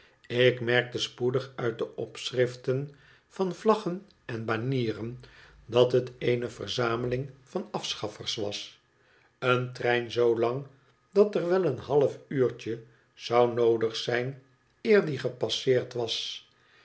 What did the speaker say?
ik merkte spoedig uit de opschriften van vlaggen en banieren dat het eene verzameling van afschaffers was een trein zoo lang dar er wel een half uurtje zou noodig zijn eer die gepasseerd was